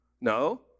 No